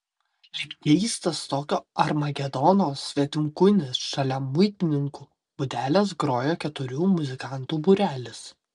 lyg keistas tokio armagedono svetimkūnis šalia muitininkų būdelės grojo keturių muzikantų būrelis